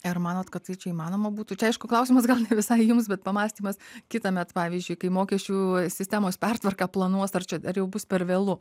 ar manot kad tai čia įmanoma būtų čia aišku klausimas gal ne visai jums bet pamąstymas kitąmet pavyzdžiui kai mokesčių sistemos pertvarką planuos ar čia jau bus per vėlu